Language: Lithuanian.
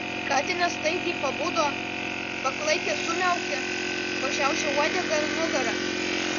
katinas staigiai pabudo paklaikęs sumiaukė pašiaušė uodegą ir nugarą